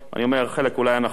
אני אומר: חלק אולי היה נכון,